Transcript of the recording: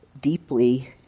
deeply